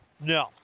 No